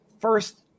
first